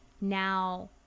now